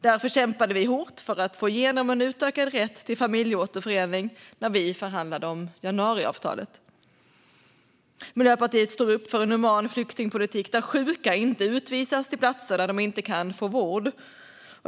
Därför kämpade vi hårt för att få igenom en utökad rätt till familjeåterförening när vi förhandlade om januariavtalet. Miljöpartiet står upp för en human flyktingpolitik där sjuka inte utvisas till platser där de inte kan få vård.